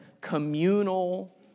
communal